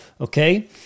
Okay